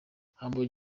humble